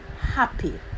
happy